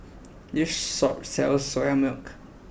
this saw sells Soya Milk